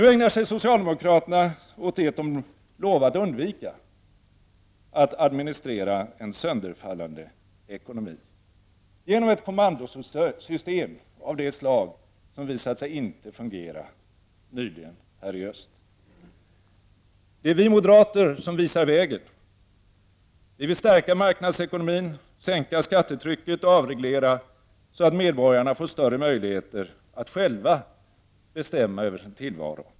Nu ägnar sig socialdemokraterna åt det de lovat undvika, att administera en sönderfallande ekonomi genom ett kommandosystem av det slag som ny ligen visat sig inte fungera i öst. Det är vi moderater som visar vägen. Vi vill stärka marknadsekonomin, sänka skattetrycket och avreglera, så att medborgarna får större möjligheter att sjäva betämma över sin tillvaro.